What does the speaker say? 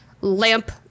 Lamp